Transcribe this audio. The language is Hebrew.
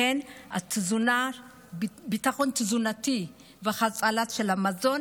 לכן ביטחון תזונתי והצלה של המזון